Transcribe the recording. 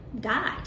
died